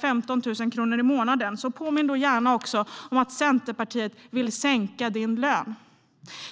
15 000 kronor i månaden, så påminn dem gärna om att Centerpartiet dessutom vill sänka deras löner.